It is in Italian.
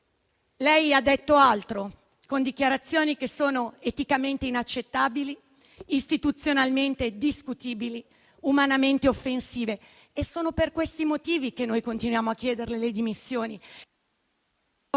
lei ha detto altro, con dichiarazioni che sono eticamente inaccettabili, istituzionalmente discutibili, umanamente offensive. È per questi motivi che continuiamo a chiedere le sue dimissioni,